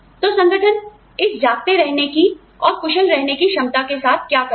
तो संगठन इस जागते रहने की और कुशल रहने की क्षमता के साथ क्या करेगा